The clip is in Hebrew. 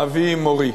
אבי-מורי.